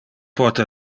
pote